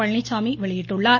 பழனிச்சாமி வெளியிட்டுள்ளார்